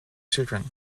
children